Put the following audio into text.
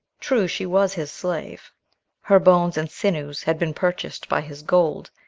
true, she was his slave her bones, and sinews had been purchased by his gold,